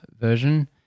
version